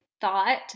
thought